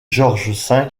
george